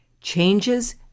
Changes